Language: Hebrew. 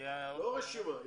לא רשימה.